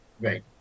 Right